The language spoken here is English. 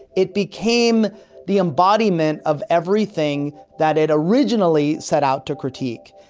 it became the embodiment of everything that it originally set out to critique.